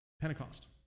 Pentecost